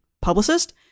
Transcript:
publicist